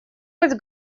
быть